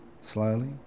slowly